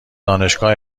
دانشگاه